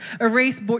erase